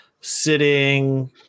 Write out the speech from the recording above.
Sitting